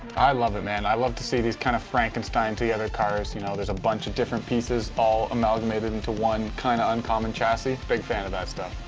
i love it, man. i love to see these kind of frankensteined together cars. you know there's a bunch of different pieces, all amalgamated into one kind of uncommon chassis, big fan of that stuff.